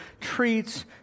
treats